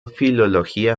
filología